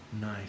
Nice